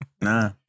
Nah